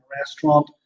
restaurant